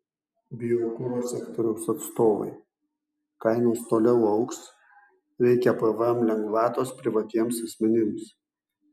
biokuro sektoriaus atstovai kainos toliau augs reikia pvm lengvatos privatiems asmenims